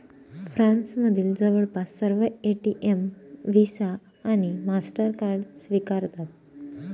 फ्रान्समधील जवळपास सर्व एटीएम व्हिसा आणि मास्टरकार्ड स्वीकारतात